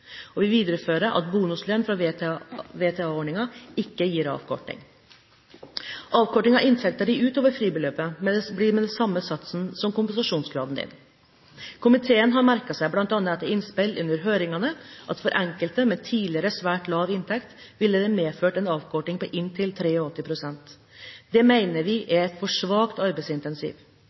og vi viderefører at bonuslønn fra VTA-ordningen, Varig tilrettelagt arbeid, ikke gir avkorting. Avkorting av inntekten utover fribeløpet blir med samme sats som kompensasjonsgraden. Komiteen har merket seg, bl.a. etter innspill under høringene, at for enkelte med tidligere svært lav inntekt ville det medført en avkorting på inntil 83 pst. Det mener vi er et for svakt